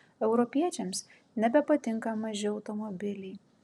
europiečiams nebepatinka maži automobiliai